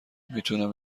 میتونم